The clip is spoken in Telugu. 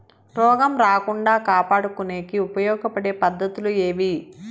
రోగం రాకుండా కాపాడుకునేకి ఉపయోగపడే పద్ధతులు ఏవి?